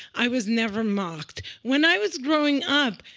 i was never mocked. when i was growing up,